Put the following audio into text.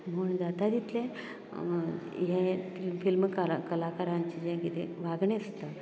म्हण जाता तितलें हें फिल्म कलाकारांचें जें कितें वागणें आसता